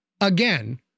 again